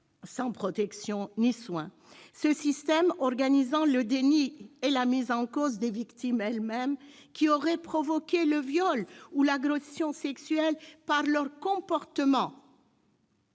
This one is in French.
sans protection ni soin. Ce système, organisant le déni et la mise en cause des victimes elles-mêmes, qui auraient provoqué le viol ou l'agression sexuelle par leur comportement,